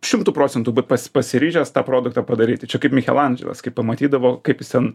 šimtu procentų būt pas pasiryžęs tą produktą padaryt čia kaip mikelandželas kai pamatydavo kaip jis ten